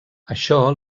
això